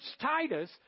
Titus